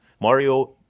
Mario